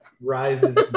Rises